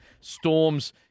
Storms